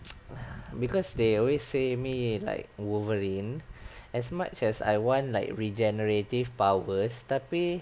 because they always say me like wolverine as much as I want like regenerative powers tapi